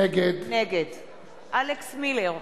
נגד אלכס מילר,